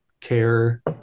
care